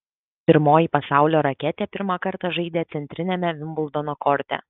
pirmoji pasaulio raketė pirmą kartą žaidė centriniame vimbldono korte